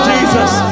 Jesus